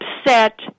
upset